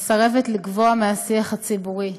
מסרבת לגווע בשיח הציבורי.